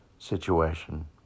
situation